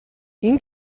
این